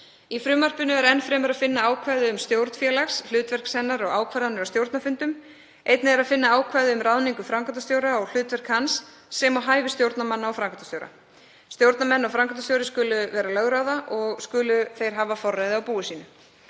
Í frumvarpinu er enn fremur að finna ákvæði um stjórn félags, hlutverk hennar og ákvarðanir á stjórnarfundum. Einnig er að finna ákvæði um ráðningu framkvæmdastjóra og hlutverk hans, sem og hæfi stjórnarmanna og framkvæmdastjóra. Stjórnarmenn og framkvæmdastjóri skulu vera lögráða og skulu hafa forræði á búi sínu.